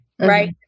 right